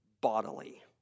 bodily